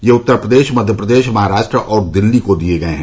ये उत्तर प्रदेश मध्य प्रदेश महाराष्ट्र और दिल्ली को दिए गए हैं